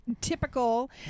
typical